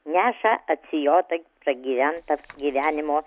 neša atsijotą pragyventą gyvenimo